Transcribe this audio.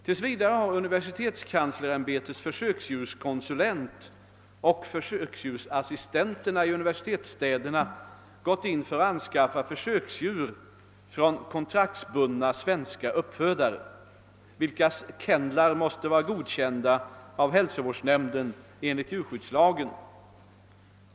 Tills vidare har universitetskanslersämbetets försöksdjurskonsulent och försöksdjursassistenterna i universitetsstäderna gått in för att anskaffa försöksdjur från kontraktsbundna svenska uppfödare, vilkas kennlar måste vara godkända av hälsovårdsnämnden enligt djurskyddslagen.